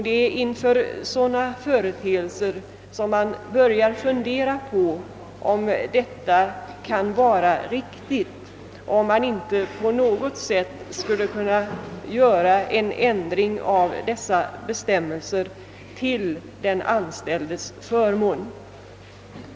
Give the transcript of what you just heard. Det är inför sådana företeelser som man börjar fundera över om detta kan vara riktigt och om man inte på något sätt skulle kunna få till stånd en ändring av bestämmelserna till den anställdes förmån.